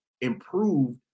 improve